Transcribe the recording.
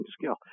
scale